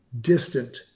distant